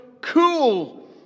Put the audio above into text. cool